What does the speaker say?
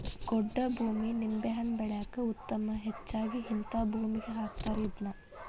ಗೊಡ್ಡ ಭೂಮಿ ನಿಂಬೆಹಣ್ಣ ಬೆಳ್ಯಾಕ ಉತ್ತಮ ಹೆಚ್ಚಾಗಿ ಹಿಂತಾ ಭೂಮಿಗೆ ಹಾಕತಾರ ಇದ್ನಾ